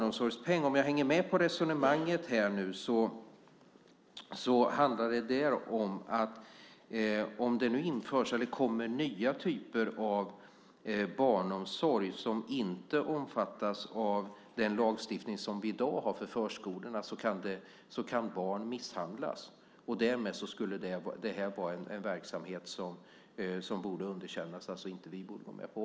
Om jag hänger med i resonemanget när det gäller barnomsorgspeng handlade det om att barn kan misshandlas om det kommer nya typer av barnomsorg som inte omfattas av den lagstiftning som vi i dag har för förskolorna. Därmed skulle det här vara en verksamhet som borde underkännas och som vi inte borde vara med på.